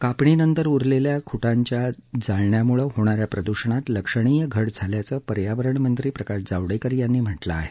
कापणीनंतर उरलेल्या खुटांच्या जाळण्यामुळे होणा या प्रदूषणात लक्षणीय घट झाल्याचं पर्यावरण मंत्री प्रकाश जावडेकर यांनी म्हटलं आहे